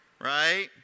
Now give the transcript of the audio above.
right